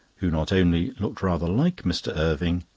who not only looked rather like mr. irving,